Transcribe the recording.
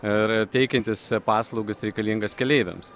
ir teikiantis paslaugas reikalingas keleiviams